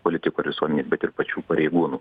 politikų ar visuomenės bet ir pačių pareigūnų